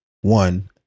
one